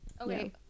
okay